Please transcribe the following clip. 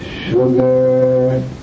sugar